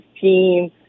team